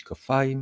משקפיים,